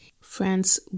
France